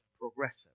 progressive